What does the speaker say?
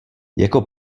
jako